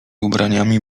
ubraniami